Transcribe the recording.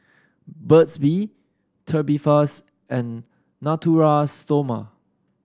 Burt's Bee Tubifast and Natura Stoma